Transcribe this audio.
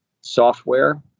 software